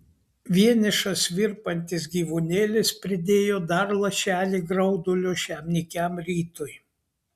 vienišas virpantis gyvūnėlis pridėjo dar lašelį graudulio šiam nykiam rytui